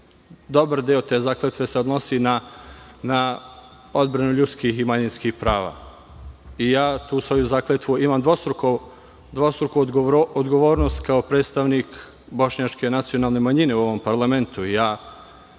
Dobar deo te zakletve se odnosi na odbranu ljudskih i manjinskih prava i ja za tu svoju zakletvu imam dvostruku odgovornost kao predstavnik bošnjačke nacionalne manjine u ovom parlamentu. Ja